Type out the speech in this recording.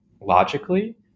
logically